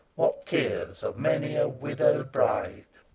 what tears of many a widowed bride!